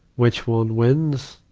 which one wins?